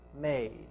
made